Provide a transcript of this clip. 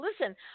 Listen